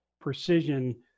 precision